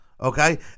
okay